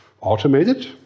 automated